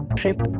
trip